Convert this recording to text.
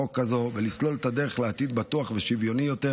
הזו ולסלול את הדרך לעתיד בטוח ושוויוני יותר,